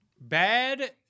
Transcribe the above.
Bad